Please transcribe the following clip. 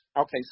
Okay